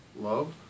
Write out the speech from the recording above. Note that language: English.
love